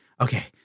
okay